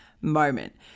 moment